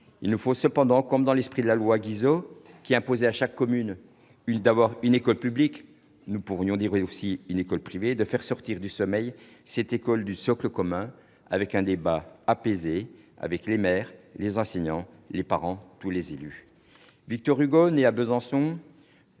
Il nous faut cependant, comme dans l'esprit de la loi Guizot, qui imposait à chaque commune d'avoir une école publique- nous pourrions ajouter « ou une école privée »-, faire sortir du sommeil cette école du socle commun en menant un débat apaisé avec les maires, les enseignants, les parents et tous les élus.